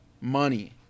Money